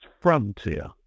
frontier